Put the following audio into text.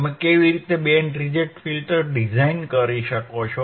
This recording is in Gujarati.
તમે કેવી રીતે બેન્ડ રિજેક્ટ ફિલ્ટર ડિઝાઇન કરી શકો છો